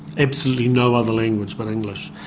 absolutely no other language but english.